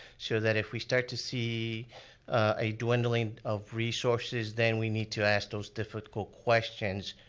so that if we start to see a dwindling of resources, then we need to ask those difficult questions,